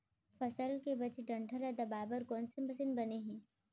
फसल के बचे डंठल ल दबाये बर कोन से मशीन बने हे?